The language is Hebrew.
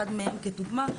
אחד מהם כדוגמה,